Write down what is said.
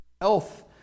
health